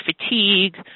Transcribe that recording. fatigue